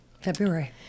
February